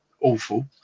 awful